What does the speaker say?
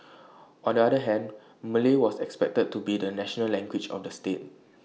on the other hand Malay was expected to be the national language of the state